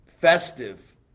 festive